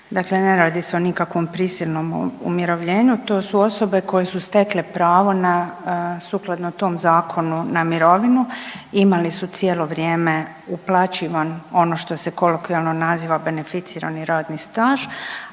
Dakle ne radi se o nikakvom prisilnom umirovljenju. To su osobe koje su stekle pravo na sukladno tom Zakonu na mirovinu, imali su cijelo vrijeme uplaćivan, ono što se kolokvijalno naziva beneficirani radni staž,